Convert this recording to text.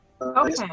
Okay